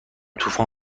طوفان